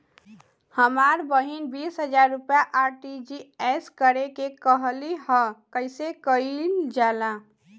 हमर बहिन बीस हजार रुपया आर.टी.जी.एस करे के कहली ह कईसे कईल जाला?